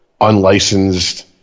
unlicensed